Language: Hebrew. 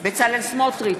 בצלאל סמוטריץ,